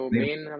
main